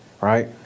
right